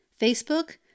Facebook